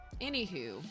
anywho